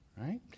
right